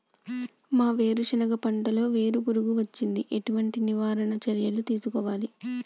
మా వేరుశెనగ పంటలలో వేరు పురుగు వచ్చింది? ఎటువంటి నివారణ చర్యలు తీసుకోవాలే?